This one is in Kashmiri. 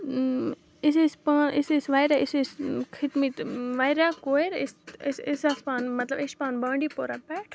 أسۍ ٲسۍ پانہٕ أسۍ ٲسۍ واریاہ أسۍ ٲسۍ کھٔتۍمٕتۍ واریاہ کورِ أسۍ أسۍ ٲسۍ آسہٕ پانہٕ مطلب أسۍ چھِ پانہٕ بانٛڈی پورہ پٮ۪ٹھ